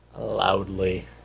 loudly